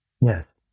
Yes